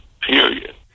period